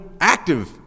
active